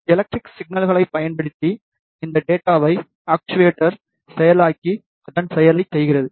electric சிக்னல்களைப் பயன்படுத்தி இந்த டேட்டாவை ஆக்சுவேட்டர் செயலாக்கி அதன் செயலைச் செய்கிறது